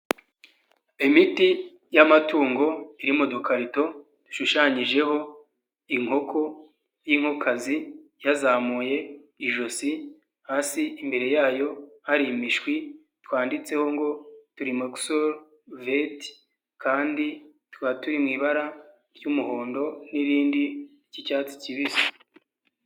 Imiti y'amatungo iri mu dukarito dushushanyijeho inkoko y'inkokazi yazamuye ijosi, hasi imbere yayo hari imishwi, twanditseho ngo turimoxol_vet, kandi tukaba turi mu ibara ry'umuhondo n'irindi ry'icyatsi kibisi.